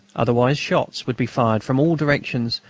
otherwise shots would be fired from all directions,